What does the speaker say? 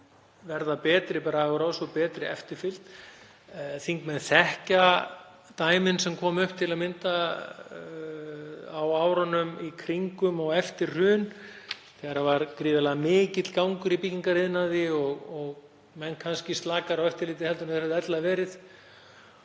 verða betri bragur á þessu og betri eftirfylgd. Þingmenn þekkja dæmin sem komu til að mynda upp á árunum í kringum og eftir hrun þegar það var gríðarlega mikill gangur í byggingariðnaði og menn kannski slakari á eftirliti en þeir hefðu ella verið